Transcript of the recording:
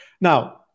Now